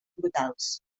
brutals